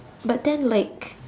but then like